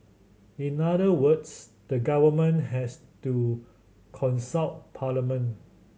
in other words the government has to consult parliament